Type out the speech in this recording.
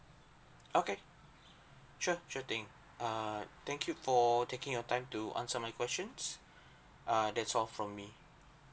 okay sure sure thing err thank you for taking your time to answer my questions uh that's all from me